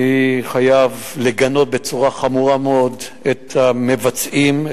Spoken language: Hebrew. אני חייב לגנות בצורה חמורה מאוד את המבצעים,